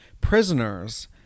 Prisoners